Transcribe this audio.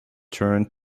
turned